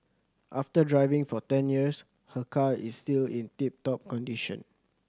after driving for ten years her car is still in tip top condition